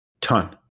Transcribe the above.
Ton